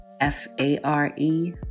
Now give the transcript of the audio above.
F-A-R-E